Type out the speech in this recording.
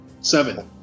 Seven